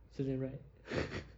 serves them right